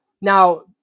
Now